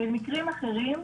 במקרים אחרים,